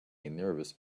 nervous